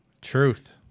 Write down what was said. Truth